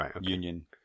Union